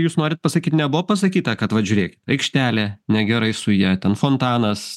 jūs norit pasakyt nebuvo pasakyta kad va žiūrėk aikštelė negerai su ja ten fontanas